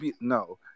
No